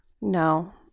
No